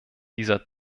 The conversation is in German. dieser